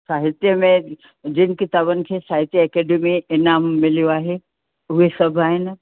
साहित्य में जिन किताबनि खे साहित्य अकेडमी इनामु मिलियो आहे उहे सभु आहिनि